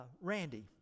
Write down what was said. Randy